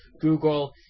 Google